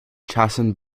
chastened